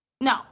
No